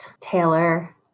Taylor